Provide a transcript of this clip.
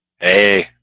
hey